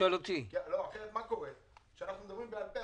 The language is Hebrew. שקורה הוא שכשאנחנו מדברים בעל פה,